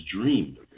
dream